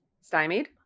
Stymied